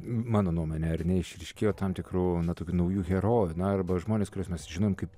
mano nuomone ar ne išryškėjo tam tikrų na tokių naujų herojų na arba žmonės kuriuos mes žinom kaip